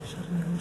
גברתי היושבת-ראש,